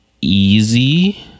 easy